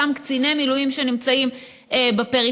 אותם קציני מילואים שנמצאים בפריפריה.